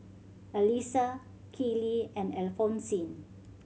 Elisa Keely and Alphonsine